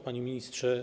Panie Ministrze!